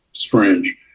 strange